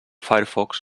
firefox